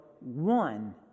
one